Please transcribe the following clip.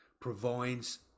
provides